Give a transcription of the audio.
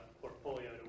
portfolio